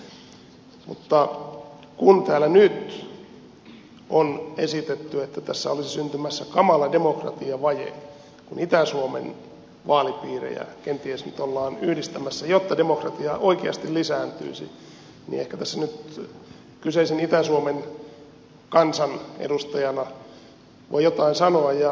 mutta kun täällä nyt on esitetty että tässä olisi syntymässä kamala demokratiavaje kun itä suomen vaalipiirejä kenties nyt ollaan yhdistämässä jotta demokratia oikeasti lisääntyisi niin ehkä tässä nyt kyseisen itä suomen kansan edustajana voi jotain sanoa